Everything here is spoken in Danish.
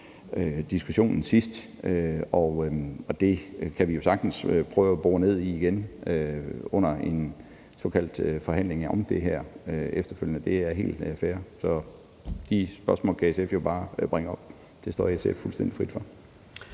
diskussionen sidst, og det kan vi jo sagtens prøve at bore ned i igen under en såkaldt forhandling om det her efterfølgende. Det er helt fair. Så de spørgsmål kan SF jo bare bringe op; det står SF fuldstændig frit for.